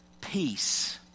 peace